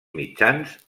mitjans